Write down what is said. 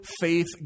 faith